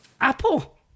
Apple